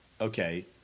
Okay